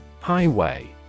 Highway